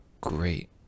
great